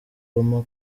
obama